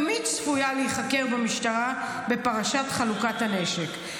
גם היא צפויה להיחקר במשטרה בפרשת חלוקת הנשק.